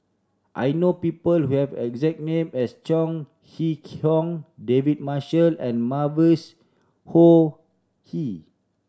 I know people who have a exact name as Chong Kee Hiong David Marshall and Mavis Khoo